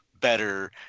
better